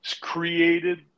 created